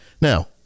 Now